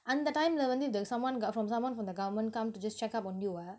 அந்த:antha time lah வந்து:vanthu the someone got someone from the government come to just check up on you ah